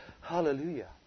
Hallelujah